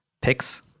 picks